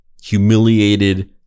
humiliated